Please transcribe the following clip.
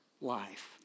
life